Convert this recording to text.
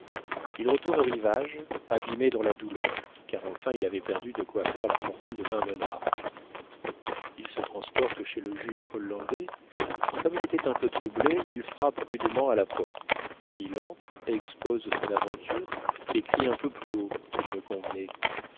il retourne au rivage abîmé dans la douleur car enfin il avait perdu de quoi faire la fortune de vingt monarques il se transporte chez le juge hollandais et comme il était un peu troublé il frappe rudement à la porte il entre expose son aventure et crie un peu plus haut qu'il ne convenait